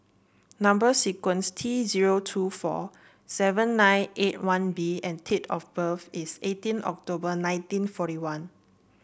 number sequence is T zero two four seven nine eight one B and date of birth is eighteen October nineteen forty one